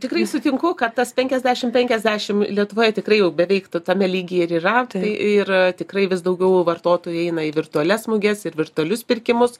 tikrai sutinku kad tas penkiasdešim penkiasdešim lietuvoje tikrai jau beveik ta tame lygyje ir yra ir tikrai vis daugiau vartotojai eina į virtualias muges ir virtualius pirkimus